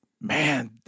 man